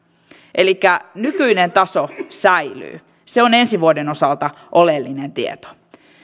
elikkä nykyinen taso säilyy se on ensi vuoden osalta oleellinen tieto